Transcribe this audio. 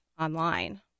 online